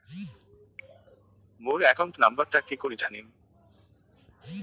মোর account নাম্বারটা কি করি জানিম?